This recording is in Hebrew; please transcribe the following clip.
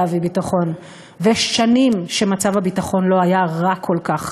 למדינה שלנו אין פריבילגיה שהממשלה שלה תיקח חופש,